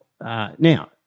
now